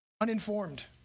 uninformed